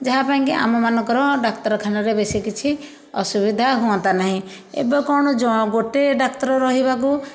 ଯାହା ପାଇଁ କି ଆମ ମାନଙ୍କର ଡ଼ାକ୍ତରଖାନାରେ ବେଶୀ କିଛି ଅସୁବିଧା ହୁଅନ୍ତା ନାହିଁ ଏବେ କ'ଣ ଯ ଗୋଟେ ଡ଼ାକ୍ତର ରହିବାକୁ